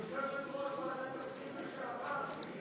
יושבת-ראש ועדת הפנים לשעבר.